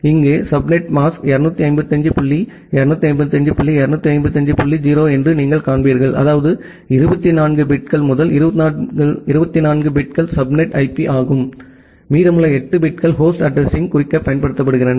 இங்கே subnet mask 255 dot 255 dot 255 dot 0 என்று நீங்கள் காண்பீர்கள் அதாவது 24 பிட்கள் முதல் 24 பிட்கள் சப்நெட் ஐபி மீதமுள்ள 8 பிட்கள் ஹோஸ்ட் அட்ரஸிங்யைக் குறிக்கப் பயன்படுத்தப்படுகின்றன